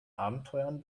abenteuern